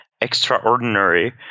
extraordinary